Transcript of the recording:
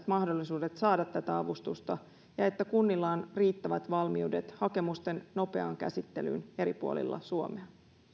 mahdollisuudet saada tätä avustusta ja että kunnilla on riittävät valmiudet hakemusten nopeaan käsittelyyn eri puolilla suomea